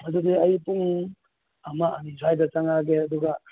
ꯑꯗꯨꯗꯤ ꯑꯌꯨꯛ ꯄꯨꯡ ꯑꯃ ꯑꯅꯤ ꯁ꯭ꯋꯥꯏꯗ ꯆꯪꯉꯛꯑꯒꯦ ꯑꯗꯨꯒ